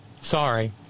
Sorry